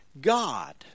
God